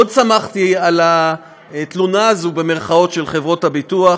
מאוד שמחתי על ה"תלונה" הזאת של חברות הביטוח.